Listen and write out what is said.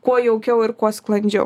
kuo jaukiau ir kuo sklandžiau